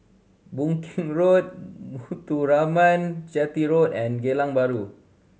Boon Keng Road Muthuraman Chetty Road and Geylang Bahru